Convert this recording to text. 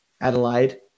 Adelaide